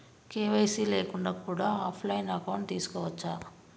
KYC లేకుండా కూడా offline account తీసుకోవచ్చా?